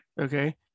Okay